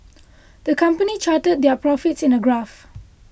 the company charted their profits in a graph